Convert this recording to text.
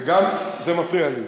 זה מפריע לי.